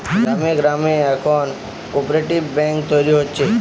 গ্রামে গ্রামে এখন কোপরেটিভ বেঙ্ক তৈরী হচ্ছে